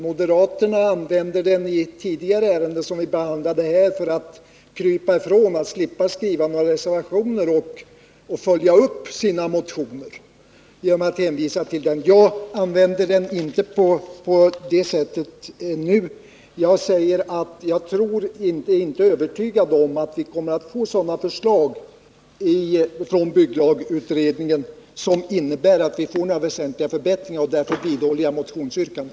Moderaterna använde den i ett tidigare ärende som vi behandlade här för att krypa ifrån några reservationer och slippa att följa upp sina motioner genom att hänvisa till den. Jag använder den inte på det sättet, utan jag säger att jag inte är övertygad om att vi kommer att få förslag från bygglagutredningen som innebär att vi får några väsentliga förbättringar. Därför vidhåller jag motionsyrkandet.